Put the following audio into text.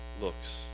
looks